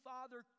Father